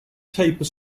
taper